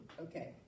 Okay